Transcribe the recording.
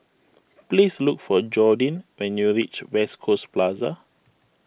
please look for Jordin when you reach West Coast Plaza